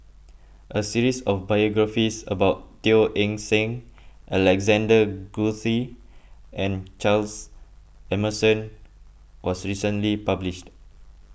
a series of biographies about Teo Eng Seng Alexander Guthrie and Charles Emmerson was recently published